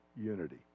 unity